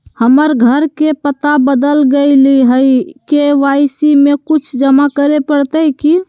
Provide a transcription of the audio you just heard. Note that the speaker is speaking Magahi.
हमर घर के पता बदल गेलई हई, के.वाई.सी में कुछ जमा करे पड़तई की?